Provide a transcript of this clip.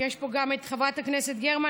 ישנה פה גם חברת הכנסת גרמן,